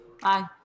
Bye